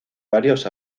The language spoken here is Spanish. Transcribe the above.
varios